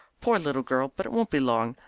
poor little girl! but it won't be long.